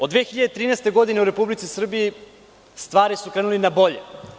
Od 2013. godine u Republici Srbiji stvari su krenule na bolje.